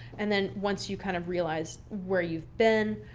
and then once you kind of realize where you've been,